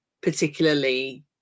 particularly